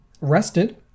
rested